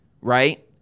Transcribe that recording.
right